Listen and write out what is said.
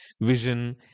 vision